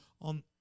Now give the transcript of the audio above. on